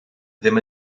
ddim